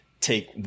take